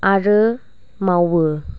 आरो मावो